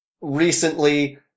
recently